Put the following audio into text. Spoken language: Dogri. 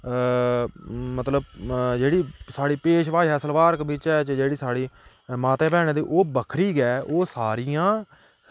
मतलब जेह्ड़ी साढ़ी भेश भाशा सलवार कमीचै च जेह्ड़ा साढ़ी मातै भैनें दा ओह् बक्खरी गै ओह् सारियां